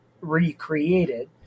recreated